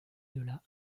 delà